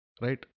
Right